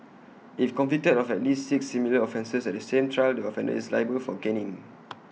if convicted of at least six similar offences at the same trial the offender is liable for caning